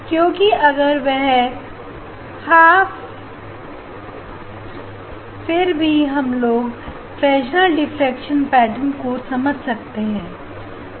क्योंकि अगर वह half national half period zone हुआ फिर भी हम लोग फ्रेश नेल डिफ्रेक्शन पेटर्न को समझा सकते हैं